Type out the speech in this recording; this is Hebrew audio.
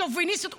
שוביניסטיות.